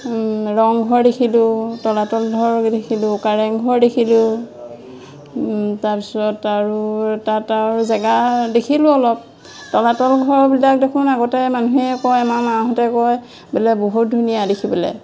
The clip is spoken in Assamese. ৰংঘৰ দেখিলোঁ তলাতল ঘৰ দেখিলোঁ কাৰেংঘৰ দেখিলোঁ তাৰপিছত আৰু তাত আৰু জেগা দেখিলোঁ অলপ তলাতল ঘৰবিলাক দেখোন আগতে মানুহে কয় আমাৰ মাহঁতে কয় বোলে বহুত ধুনীয়া দেখিবলে